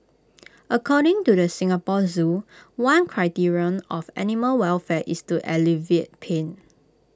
according to the Singapore Zoo one criterion of animal welfare is to alleviate pain